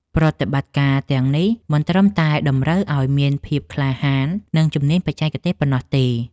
ប្រតិបត្តិការទាំងនេះមិនត្រឹមតែតម្រូវឱ្យមានភាពក្លាហាន និងជំនាញបច្ចេកទេសប៉ុណ្ណោះទេ។